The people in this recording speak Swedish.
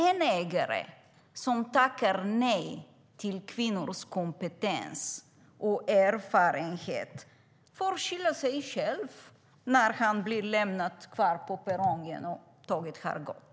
En ägare som tackar nej till kvinnors kompetens och erfarenhet får skylla sig själv när han blir lämnad kvar på perrongen och tåget har gått.